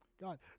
God